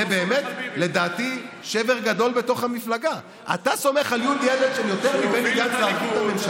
היא אפשרה לך למכור את עצמך כדי לחבור לשמאל הישראלי להפיל את הימין.